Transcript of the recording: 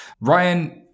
Ryan